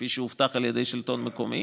כפי שהובטח על ידי השלטון המקומי.